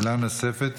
שאלה נוספת,